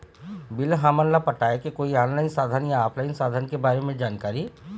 Bill हमन ला पटाए के कोई ऑनलाइन साधन या ऑफलाइन साधन के बारे मे जानकारी?